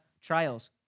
trials